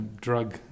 drug